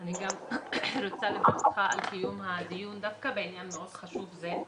אני גם רוצה לברך אותך על קיום הדיון דווקא בעניין מאוד חשוב זה.